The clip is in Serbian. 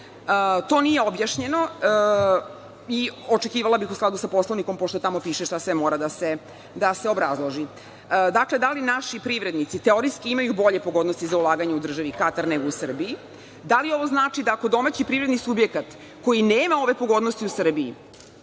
To nije objašnjeno i očekivala bih u skladu sa Poslovnikom pošto tamo piše šta sve mora da se obrazloži. Dakle, da li naši privrednici, teorijski imaju bolje pogodnosti za ulaganje u državi Katar nego u državi Srbiji? Da li ovo znači da ako domaći privredni subjekat koji nema ove odgovornosti u Srbiji,